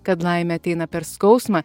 kad laimė ateina per skausmą